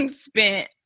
spent